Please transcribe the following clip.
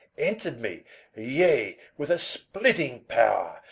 enter'd me yea, with a spitting power,